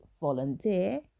volunteer